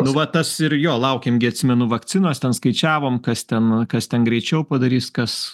nu va tas ir jo laukėm gi atsimenu vakcinos ten skaičiavom kas ten kas ten greičiau padarys kas